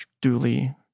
duly